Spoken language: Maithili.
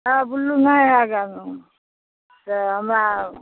नहि बुल्लू नहि हवे रङ्ग से हमरा